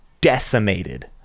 decimated